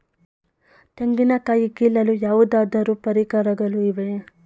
ತೆಂಗಿನ ಕಾಯಿ ಕೀಳಲು ಯಾವುದಾದರು ಪರಿಕರಗಳು ಇವೆಯೇ?